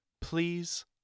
Please